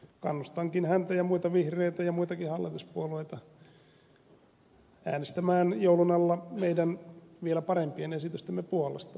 kannustankin häntä ja muita vihreitä ja muitakin hallituspuolueita äänestämään joulun alla meidän vielä parempien esitystemme puolesta